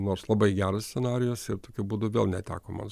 nors labai geras scenarijus ir tokiu būdu vėl neteko man